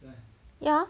ya